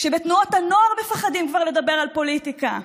כשבתנועת נוער מפחדים כבר לדבר על פוליטיקה,